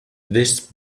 this